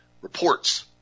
reports